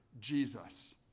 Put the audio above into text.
Jesus